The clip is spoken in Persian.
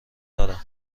دارم